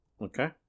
Okay